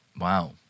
Wow